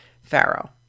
Pharaoh